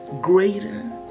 greater